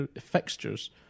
fixtures